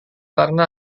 karena